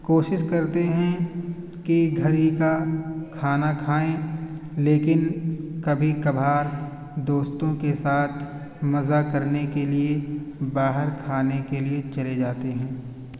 کوشش کرتے ہیں کہ گھر ہی کا کھانا کھائیں لیکن کبھی کبھار دوستوں کے ساتھ مزہ کرنے کے لیے باہر کھانے کے لیے چلے جاتے ہیں